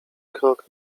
krok